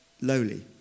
lowly